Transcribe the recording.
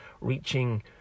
reaching